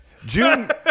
June